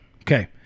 Okay